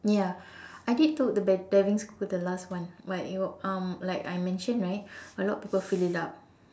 ya I did took the dri~ driving school the last one but it was um like I mentioned right a lot people filled it up